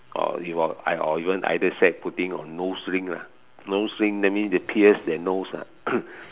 or I or you want either set putting on nose ring lah nose ring that means they pierce their nose ah